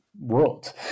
world